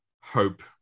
hope